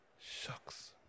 shucks